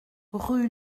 rue